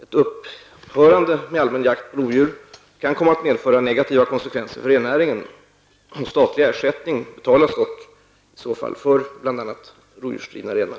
Ett upphörande med allmän jakt på lodjur kan komma att medföra negativa konsekvenser för rennäringen. Statlig ersättning betalas dock för bl.a. rovdjursrivna renar.